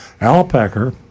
Alpaca